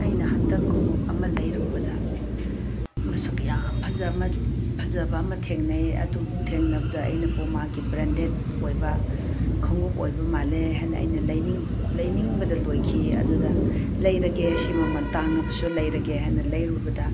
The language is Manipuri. ꯑꯩꯅ ꯍꯟꯗꯛ ꯈꯣꯡꯎꯞ ꯑꯃ ꯂꯩꯔꯨꯕꯗ ꯃꯁꯛ ꯌꯥꯝ ꯐꯖꯕ ꯑꯃ ꯊꯦꯡꯅꯩ ꯑꯗꯨ ꯊꯦꯡꯅꯕꯗ ꯑꯩꯅ ꯄꯨꯃꯥꯒꯤ ꯕ꯭ꯔꯦꯟꯗꯦꯗ ꯑꯣꯏꯕ ꯈꯣꯡꯎꯞ ꯑꯣꯏꯕ ꯃꯥꯜꯂꯦ ꯍꯥꯏꯅ ꯑꯩꯅ ꯂꯩꯅꯤꯡꯕꯗ ꯂꯣꯏꯈꯤ ꯑꯗꯨꯗ ꯂꯩꯔꯒꯦ ꯁꯤ ꯃꯃꯜ ꯇꯥꯡꯉꯕꯁꯨ ꯂꯩꯔꯒꯦ ꯍꯥꯏꯅ ꯂꯩꯔꯨꯕꯗ